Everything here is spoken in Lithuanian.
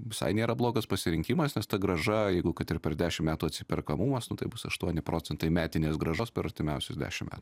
visai nėra blogas pasirinkimas nes tą grąža jeigu kad ir per dešim metų atsiperkamumas bus aštuoni procentai metinės grąžos per artimiausius dešim metų